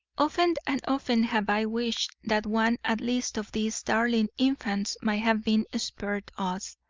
often and often have i wished that one at least of these darling infants might have been spared us.